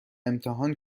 امتحان